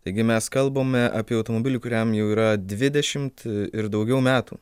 taigi mes kalbame apie automobilį kuriam jau yra dvidešimt ir daugiau metų